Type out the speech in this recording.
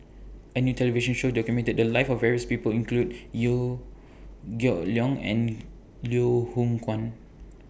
A New television Show documented The Lives of various People include Geok Leong and Liew Hoong Kwan